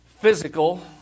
physical